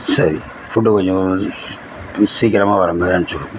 சரி ஃபுட்டை கொஞ்சம் சீக்கிரமாக வர மாதிரி அனுப்பிச்சுவுடுங்க